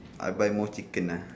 I buy more chicken uh